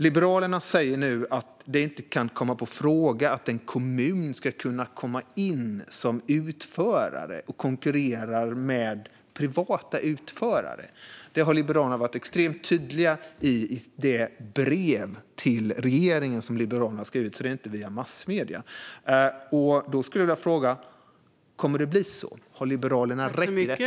Liberalerna säger nu att det inte kan komma på fråga att en kommun ska kunna komma in som utförare och konkurrera med privata utförare. Det har Liberalerna varit extremt tydliga med i ett brev till regeringen, alltså inte via massmedierna. Då skulle jag vilja fråga: Kommer det att bli så? Har Liberalerna rätt i detta?